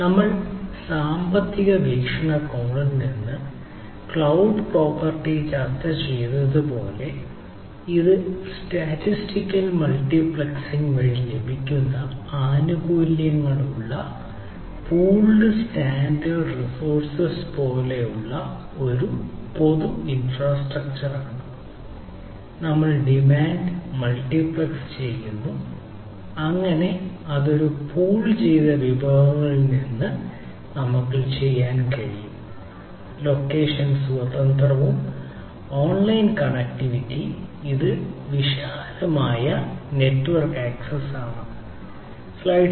നിങ്ങൾ സാമ്പത്തിക വീക്ഷണകോണിൽ നിന്ന് ക്ലൌഡ് പ്രോപ്പർട്ടിയിൽ ആണ്